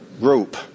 group